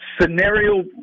scenario